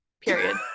Period